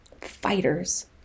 fighters